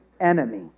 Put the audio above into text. enemy